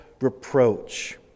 reproach